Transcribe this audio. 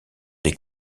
des